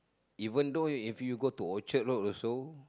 even though you go to Orchard Road also